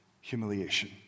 humiliation